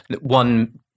One